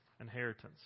Inheritance